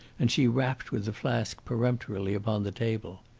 and she rapped with the flask peremptorily upon the table.